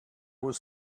was